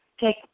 take